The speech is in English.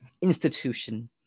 institution